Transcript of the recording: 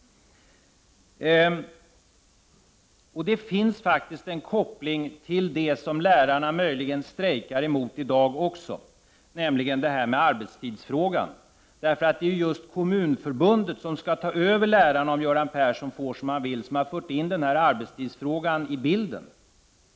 Det finns faktiskt också en koppling till det som lärarna strejkar för i dag, nämligen arbetstidsfrågan. Det är nämligen Kommunförbundet, som skall ta över lärarna om Göran Persson får som han vill, som har fört in arbetstidsfrågan i bilden.